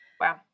Wow